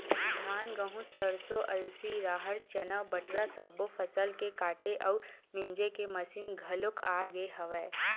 धान, गहूँ, सरसो, अलसी, राहर, चना, बटरा सब्बो फसल के काटे अउ मिजे के मसीन घलोक आ गे हवय